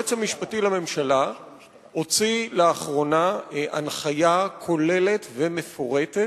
היועץ המשפטי לממשלה הוציא לאחרונה הנחיה כוללת ומפורטת,